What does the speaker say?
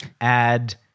add